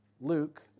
Luke